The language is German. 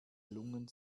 lungen